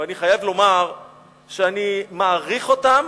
ואני חייב לומר שאני מעריך אותם